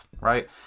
right